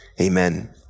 amen